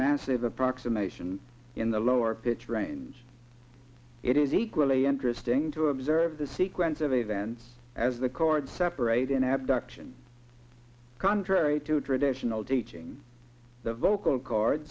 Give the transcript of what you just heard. massive approximation in the lower pitch range it is equally interesting to observe the sequence of events as the chords separate in abduction contrary to traditional teaching the vocal chords